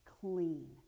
clean